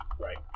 Right